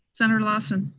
senator lawson?